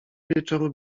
wieczoru